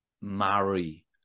marry